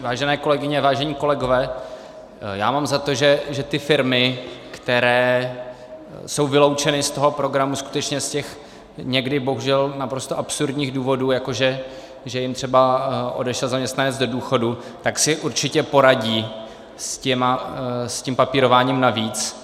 Vážené kolegyně, vážení kolegové, já mám za to, že ty firmy, které jsou vyloučeny z toho programu skutečně z těch někdy bohužel absurdních důvodů, jako že jim třeba odešel zaměstnanec do důchodu, si určitě poradí s tím papírováním navíc.